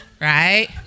right